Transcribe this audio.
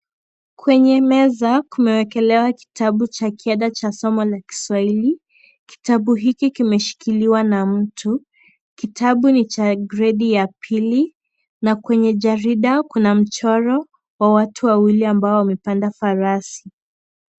Kwenye meza kumewekelewa kitabu cha kiada cha somo la kiswahili, kitabu hiki kimeshikiliwa na mtu, kitabu ni cha gredi ya pili na kwenye jarida kuna mchoro wa watu wawili ambao wamepanda farasi.